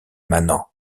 manants